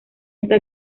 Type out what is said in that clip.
está